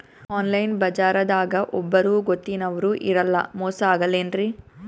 Online ಬಜಾರದಾಗ ಒಬ್ಬರೂ ಗೊತ್ತಿನವ್ರು ಇರಲ್ಲ, ಮೋಸ ಅಗಲ್ಲೆನ್ರಿ?